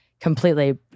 Completely